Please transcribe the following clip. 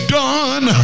done